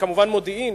וכמובן מודיעין,